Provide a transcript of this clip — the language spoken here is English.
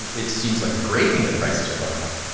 and it seems like a great thing the prices are going up,